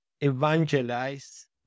evangelize